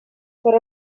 però